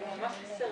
אתם תכניסו